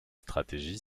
stratégie